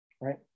right